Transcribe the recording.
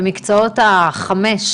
עשרות אלפי ילדים שבכלל לא חזרו לספסל הלימודים.